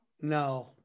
No